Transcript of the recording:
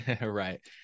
Right